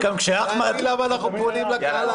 אתה מבין למה אנחנו פונים לקהל הערבי?